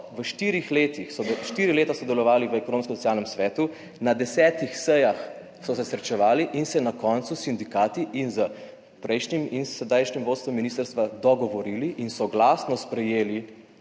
so štiri leta sodelovali v Ekonomsko-socialnem svetu, na desetih sejah so se srečevali in se na koncu s sindikati in s prejšnjim in sedanjim vodstvom ministrstva dogovorili in soglasno sprejeli,